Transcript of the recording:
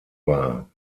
war